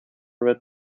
read